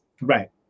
Right